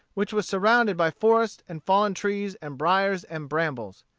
which was surrounded by forests and fallen trees and briers and brambles.